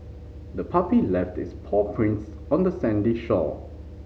the puppy left its paw prints on the sandy shore